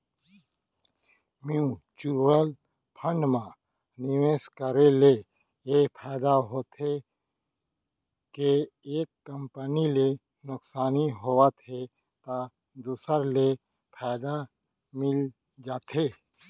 mutual fund म निवेस करे ले ए फायदा होथे के एक कंपनी ले नुकसानी होवत हे त दूसर ले फायदा मिल जाथे